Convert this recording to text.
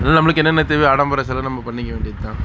அதில் நம்மளுக்கு என்னென்ன தேவையோ ஆடம்பர செலவு நம்ம பண்ணிக்க வேண்டியதுதான்